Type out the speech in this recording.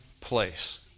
place